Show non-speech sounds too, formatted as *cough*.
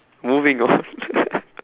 moving on *laughs*